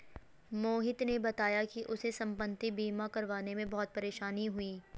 मोहित ने बताया कि उसे संपति बीमा करवाने में बहुत परेशानी हुई